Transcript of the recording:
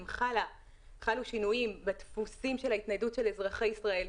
אם חלו שינויים בדפוסי ההתניידות של אזרחי ישראל,